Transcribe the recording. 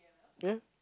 ya